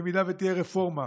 במידה שתהיה רפורמה,